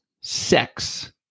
sex